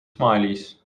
smileys